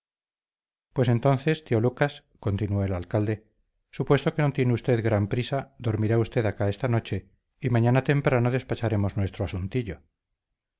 pues entonces tío lucas continuó el alcalde supuesto que no tiene usted gran prisa dormirá usted acá esta noche y mañana temprano despacharemos nuestro asuntillo